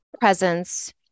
presence